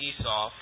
Esau